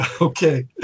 Okay